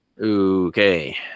Okay